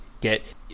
get